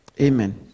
amen